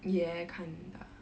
yeah kinda